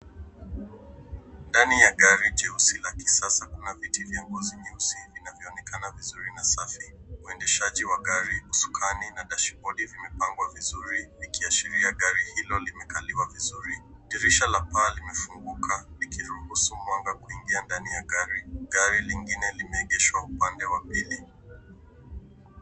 Ndani ya gari jeusi la kisasa kuna viti vya ngozi nyeusi vinavyoonekana vizuri na safi. Uendeshaji wa gari usukani na dashodi zimepangwa vizuri ikiashira kuwa gari hilolimekaliwa vizuri. Dirisha la paa limefunguka likiruhusu mwanga kuingia ndani ya gari. Gari lingine limeegeshwa upande wa pili.